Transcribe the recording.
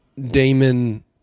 Damon